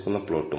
ഈ പദം β̂1 2